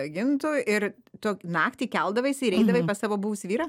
gintu ir tu naktį keldavaisi ir eidavai pas savo buvusį vyrą